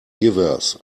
givers